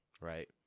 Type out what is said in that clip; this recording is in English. right